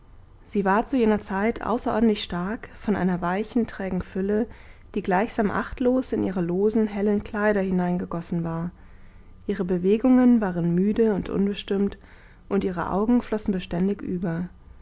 sie war zu jener zeit außerordentlich stark von einer weichen trägen fülle die gleichsam achtlos in ihre losen hellen kleider hineingegossen war ihre bewegungen waren müde und unbestimmt und ihre augen flossen beständig über